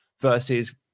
versus